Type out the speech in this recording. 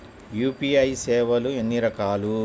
UPI సేవలు ఎన్నిరకాలు?